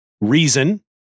reason